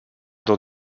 dans